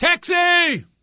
Taxi